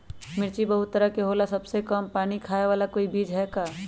मिर्ची बहुत तरह के होला सबसे कम पानी खाए वाला कोई बीज है का?